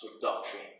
doctrine